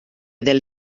del